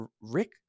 Rick